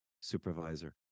supervisor